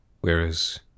Whereas